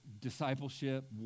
discipleship